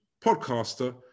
podcaster